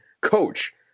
coach